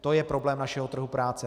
To je problém našeho trhu práce.